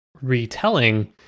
retelling